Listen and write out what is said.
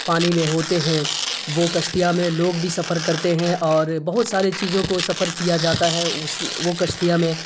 پانی میں ہوتے ہیں وہ کشتیاں میں لوگ بھی سفر کرتے ہیں اور بہت سارے چیزوں کو سفر کیا جاتا ہے اس وہ کشتیاں میں